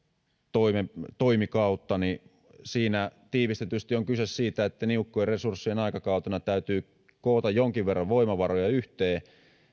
toimikauttani siinä tiivistetysti on kyse siitä että niukkojen resurssien aikakautena täytyy koota jonkin verran voimavaroja yhteen